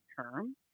term